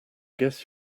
guess